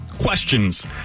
Questions